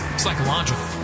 psychological